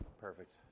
Perfect